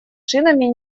шинами